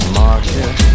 market